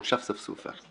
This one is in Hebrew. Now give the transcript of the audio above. מושב ספסופה.